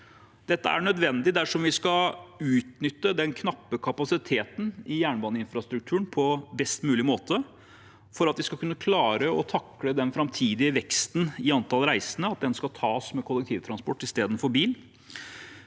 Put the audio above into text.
Dette er nødvendig dersom vi skal utnytte den knappe kapasiteten i jernbaneinfrastrukturen på best mulig måte, og at de skal kunne klare å takle den framtidige veksten i antall reisende, at den skal tas med kollektivtransport istedenfor med